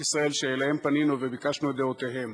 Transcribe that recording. ישראל שאליהם פנינו וביקשנו את דעותיהם.